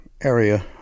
area